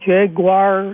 Jaguar